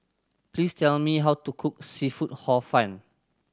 please tell me how to cook seafood Hor Fun